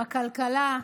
בכלכלה.